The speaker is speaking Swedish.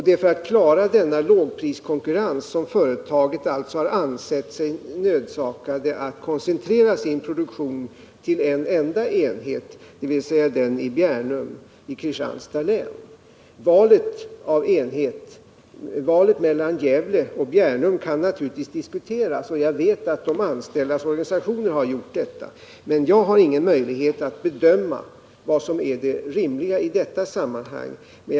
Det är för att klara denna lågpriskonkurrens som företaget har ansett sig nödsakat att koncentrera sin produktion till en enda enhet, dvs. den i Bjärnum i Kristianstads län. Valet mellan Gävle och Bjärnum kan naturligtvis diskuteras, och jag vet att de anställdas organisationer har gjort detta. Men jag har ingen möjlighet att bedöma vad som är rimligt i det sammanhanget.